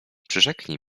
przyrzeknij